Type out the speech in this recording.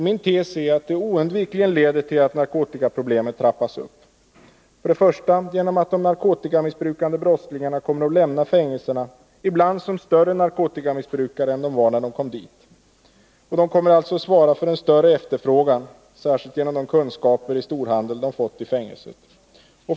Min tes är att det oundvikligen leder till att narkotikaproblemet trappas upp, för det första på grund av att de narkotikamissbrukande brottslingarna kommer att lämna fängelserna som ibland större narkotikamissbrukare än de var när de kom dit. De kommer alltså att svara för en större efterfrågan, särskilt till följd av de kunskaper i storhandel som de har fått i fängelset.